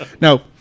Now